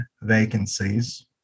vacancies